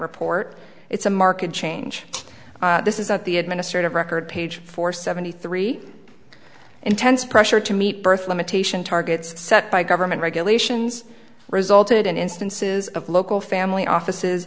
report it's a market change this is at the administrative record page four seventy three intense pressure to meet birth limitation targets set by government regulations resulted in instances of local family offices